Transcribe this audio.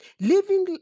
Living